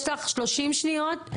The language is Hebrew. יש לך שלושים שניות,